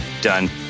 done